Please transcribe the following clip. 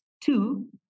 Two